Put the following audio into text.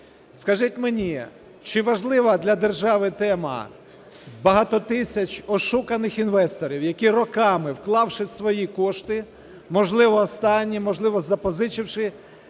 Скажіть мені, чи важлива для держави тема: багато тисяч ошуканих інвесторів, які роками, вклавши свої кошти, можливо, останні, можливо, запозичивши,